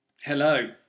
Hello